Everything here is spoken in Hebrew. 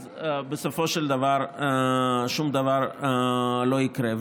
אז בסופו של דבר שום דבר לא יקרה.